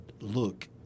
look